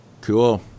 Cool